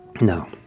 No